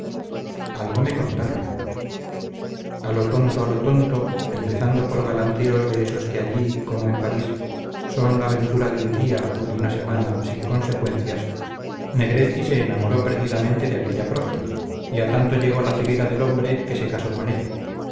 algo me contaron a lo tonto a lo tonto empezando por galanteos de esos que allí como en parís son la aventura de un día o de una semana sin consecuencias negretti se enamoró perdidamente de aquella prójima y a tanto llegó la ceguera del hombre que se casó con ella